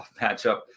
matchup